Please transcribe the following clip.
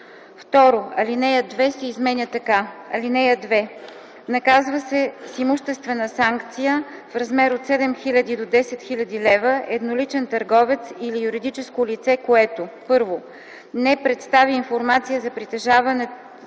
2. Алинея 2 се изменя така: „(2) Наказва се с имуществена санкция в размер от 7000 до 10 000 лв. едноличен търговец или юридическо лице, което: 1. не представи информация за притежаваното